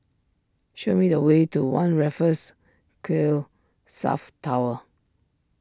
show me the way to one Raffles Quay South Tower